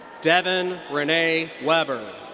devyn renee weber.